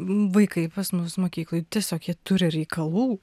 vaikai pas mus mokykloj tiesiog jie turi reikalų